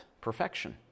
perfection